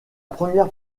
première